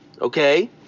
okay